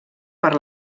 per